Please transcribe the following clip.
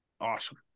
Awesome